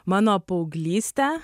mano paauglystę